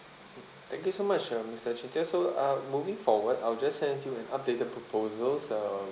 mm thank you so much uh mister qing jian so uh moving forward I will just send you an updated proposals uh